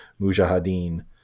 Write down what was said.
Mujahideen